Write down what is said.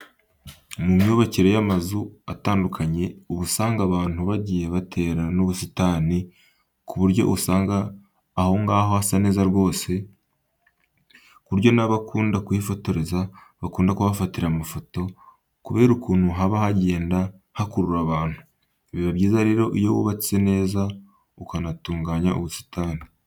Mu myubakire y'amazu atandukanye, uba usanga abantu bagiye batera n'ubusitani ku buryo usanga aho ngaho hasa neza rwose, ku buryo n'abakunda kwifotoza bakunda kuhafatira amafoto kubera ukuntu haba hagenda hakurura abantu. Biba byiza rero iyo wubatse neza ukanatunganya ubusitani.